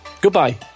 Goodbye